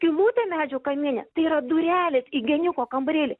skylutė medžio kamiene tai yra durelės į geniuko kambarėlį